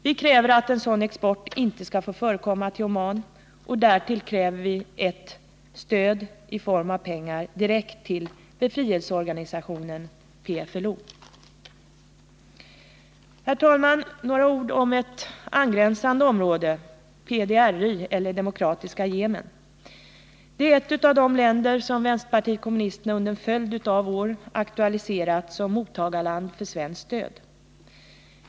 Vi kräver att en sådan export inte skall få förekomma till Oman, och vidare kräver vi ett stöd i form av pengar direkt till befrielseorganisationen PFLO. Herr talman! Några ord om ett angränsande område, PDRY eller Demokratiska Yemen. Det är ett av de länder som vänsterpartiet kommunisterna under en följd av år aktualiserat som mottagarland för svenskt stöd.